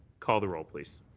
call the role, please.